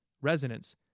Resonance